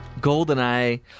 GoldenEye